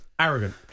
arrogant